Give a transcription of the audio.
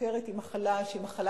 שהסוכרת היא מחלה קטלנית.